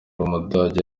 w’umudage